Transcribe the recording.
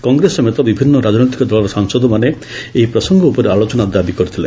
କଂଗ୍ରେସ ସମେତ ବିଭିନ୍ନ ରାଜନୈତିକ ଦଳର ସାଂସଦମାନେ ଏହି ପ୍ରସଙ୍ଗ ଉପରେ ଆଲୋଚନା ଦାବି କରିଥିଲେ